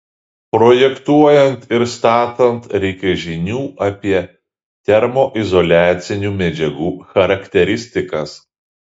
projektuojant ir statant reikia žinių apie termoizoliacinių medžiagų charakteristikas